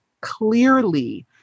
Clearly